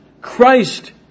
Christ